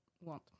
want